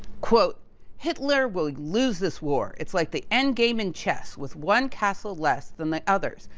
hitler will lose this war. it's like the end game in chess with one castle, less than the others.